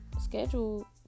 schedule